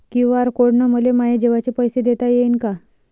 QR code न मले माये जेवाचे पैसे देता येईन का?